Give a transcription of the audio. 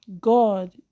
God